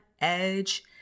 Edge